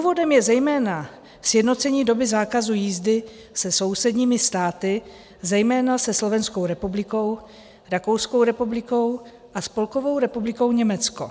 Důvodem je zejména sjednocení doby zákazu jízdy se sousedními státy, zejména se Slovenskou republikou, Rakouskou republikou a Spolkovou republikou Německo.